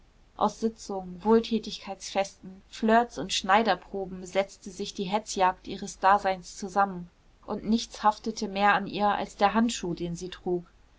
aus sitzungen wohltätigkeitsfesten flirts und schneiderproben setzte sich die hetzjagd ihres daseins zusammen und nichts haftete mehr an ihr als der handschuh den sie trug